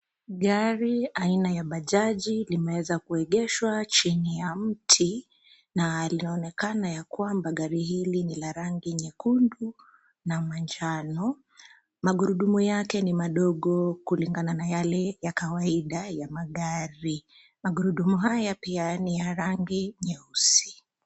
Gari aina ya bajaji limeweza kuegeshwa chini ya mti na linaonekana yakwamba gari hili ni la rangi nyekundu na manjano, magurudumu yake ni madogo kulingana na yale ya kawaida ya magari, magurudumu haya pia ni ya rangi nyeusi.